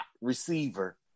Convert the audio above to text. receiver